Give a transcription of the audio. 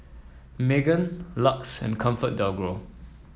Megan Lux and ComfortDelGro